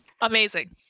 Amazing